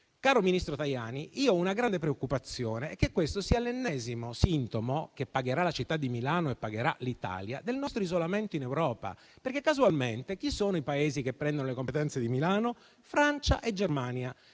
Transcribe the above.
Caro ministro Tajani, ho la grande preoccupazione che questo sia l'ennesimo sintomo - lo pagherà la città di Milano e pagherà l'Italia - del nostro isolamento in Europa, perché casualmente chi sono i Paesi che prendono le competenze di Milano? Sono Francia e Germania.